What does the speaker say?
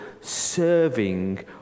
serving